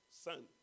son